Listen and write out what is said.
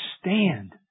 stand